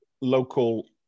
local